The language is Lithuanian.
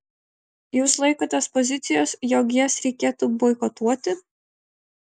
jūs laikotės pozicijos jog jas reikėtų boikotuoti